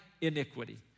iniquity